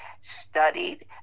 studied